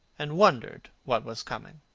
and wondered what was coming.